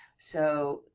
so,